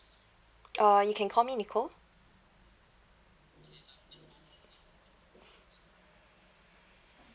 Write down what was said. uh you can call me nicole